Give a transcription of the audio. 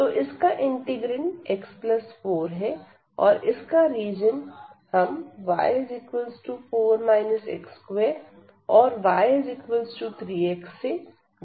तो इसका integrand x4 है और इसका रीजन हम y 4 x2 और y 3x से ज्ञात करेंगे